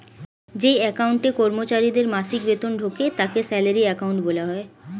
যে অ্যাকাউন্টে কর্মচারীদের মাসিক বেতন ঢোকে তাকে স্যালারি অ্যাকাউন্ট বলা হয়